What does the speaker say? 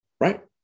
Right